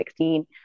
2016